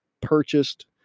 purchased